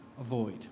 avoid